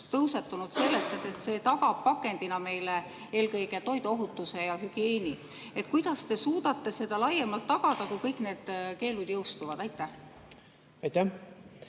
tõusetunud sellest, et see tagab pakendina meile eelkõige toiduohutuse ja ‑hügieeni. Kuidas te suudate seda laiemalt tagada, kui kõik need keelud jõustuvad? Aitäh,